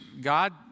God